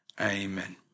amen